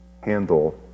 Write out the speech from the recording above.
handle